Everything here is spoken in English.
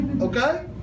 okay